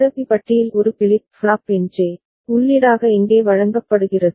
இந்த பி பட்டியில் ஒரு பிளிப் ஃப்ளாப்பின் J உள்ளீடாக இங்கே வழங்கப்படுகிறது